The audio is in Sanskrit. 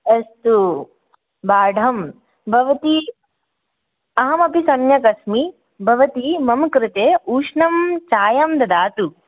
अस्तु बाढं भवती अहम् अपि सम्यक् अस्मि भवती मम कृते उष्णं चायं ददातु